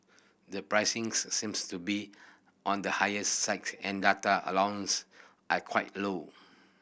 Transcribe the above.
the pricing's seems to be on the higher side and data allowances are quite low